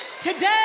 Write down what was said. Today